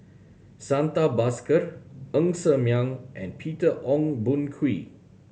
Santha Bhaskar Ng Ser Miang and Peter Ong Boon Kwee